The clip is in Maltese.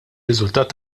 riżultat